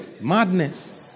Madness